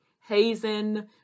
Hazen